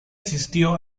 asistió